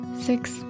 six